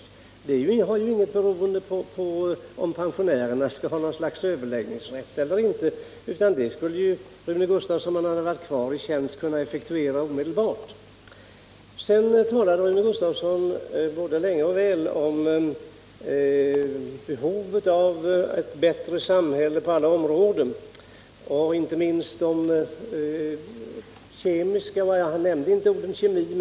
En höjning av anslaget är ju inte beroende av om pensionärerna skall ha något slags överläggningsrätt eller inte, utan den beställningen skulle Rune Gustavsson ha kunnat effektuera omedelbart om han hade varit i tjänst. Sedan talade Rune Gustavsson både länge och väl om behovet av ett bättre samhälle på alla områden, inte minst de kemiska, fast han inte nämnde ordet kemi.